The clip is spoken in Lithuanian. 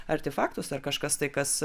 artefaktus ar kažkas tai kas